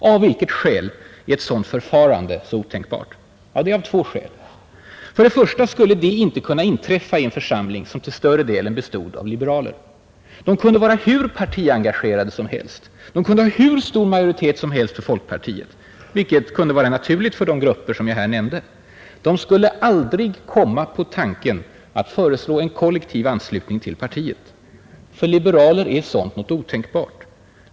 Av vilket skäl är ett sådant förfarande så otänkbart? Jo, av två skäl. För det första skulle detta inte kunna inträffa i en församling, som till större delen bestod av liberaler. De kunde vara hur partiengagerade som helst, de kunde ha hur stor majoritet som helst för folkpartiet — vilket kunde vara naturligt för de grupper jag här nämnde — de skulle ändå aldrig komma på tanken att föreslå kollektiv anslutning till partiet. För liberaler är något sådant otänkbart.